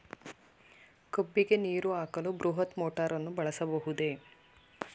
ಕಬ್ಬಿಗೆ ನೀರು ಹಾಕಲು ಬೃಹತ್ ಮೋಟಾರನ್ನು ಬಳಸಬಹುದೇ?